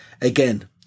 Again